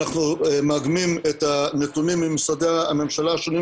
אנחנו מאגמים את הנתונים ממשרדי הממשלה השונים,